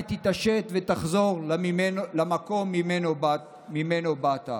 עדיין מקווה שתתעשת ותחזור למקום שממנו באת.